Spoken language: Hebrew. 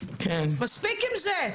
מספיק עם זה.